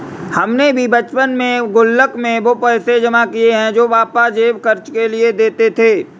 हमने भी बचपन में गुल्लक में वो पैसे जमा किये हैं जो पापा जेब खर्च के लिए देते थे